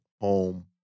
home